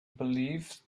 believed